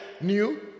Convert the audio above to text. new